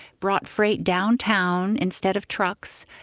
brought freight downtown instead of trucks,